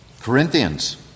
Corinthians